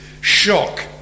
shock